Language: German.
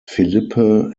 philippe